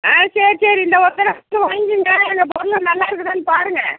ஆ சரி சரி இந்த ஒரு தடவை மட்டும் வாங்கிக்கங்க எங்கள் பொருள் நல்லாயிருக்குதான்னு பாருங்க